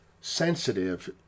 sensitive